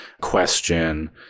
question